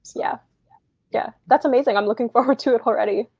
so yeah yeah yeah that's amazing. i'm looking forward to it already.